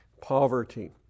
poverty